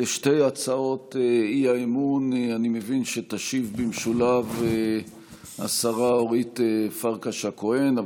על שתי הצעות האי-אמון אני מבין שתשיב במשולב השרה אורית פרקש הכהן.